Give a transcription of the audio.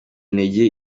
intege